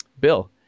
Bill